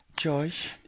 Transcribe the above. George